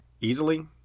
easily